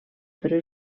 però